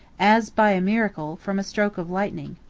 as by a miracle, from a stroke of lightning.